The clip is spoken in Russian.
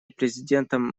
президентом